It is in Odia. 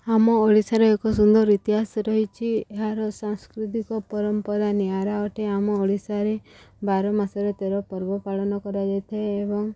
ଆମ ଓଡ଼ିଶାର ଏକ ସୁନ୍ଦର ଇତିହାସ ରହିଛି ଏହାର ସାଂସ୍କୃତିକ ପରମ୍ପରା ନିଆରା ଅଟେ ଆମ ଓଡ଼ିଶାରେ ବାର ମାସରେ ତେର ପର୍ବ ପାଳନ କରାଯାଇଥାଏ ଏବଂ